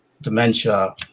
dementia